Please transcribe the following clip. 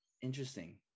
interesting